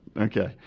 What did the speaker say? Okay